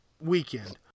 weekend